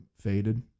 faded